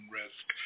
risk